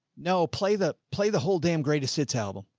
no, play the play, the whole damn greatest hits album.